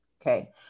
okay